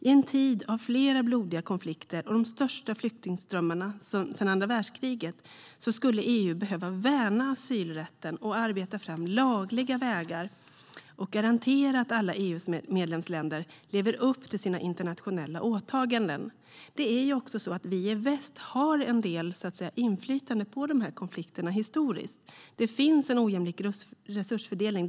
I en tid av flera blodiga konflikter och de största flyktingströmmarna sedan andra världskriget skulle EU behöva värna asylrätten och arbeta fram lagliga vägar och garantera att alla EU:s medlemsländer lever upp till sina internationella åtaganden. Det är också så att vi i väst har en del, så att säga, inflytande på de här konflikterna historiskt. Det finns en ojämlik resursfördelning.